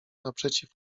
naprzeciw